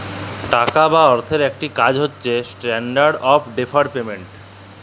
টাকা বা অথ্থের ইকট কাজ হছে ইস্ট্যান্ডার্ড অফ ডেফার্ড পেমেল্ট